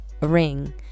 ring